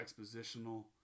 expositional